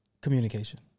Communication